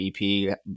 EP